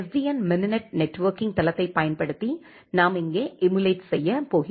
என் Mininet networking தளத்தைப் பயன்படுத்தி நாம் இங்கே எமுலேட் செய்யப் போகிறோம்